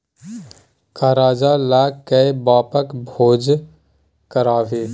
करजा ल कए बापक भोज करभी?